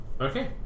Okay